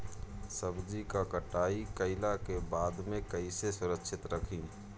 सब्जी क कटाई कईला के बाद में कईसे सुरक्षित रखीं?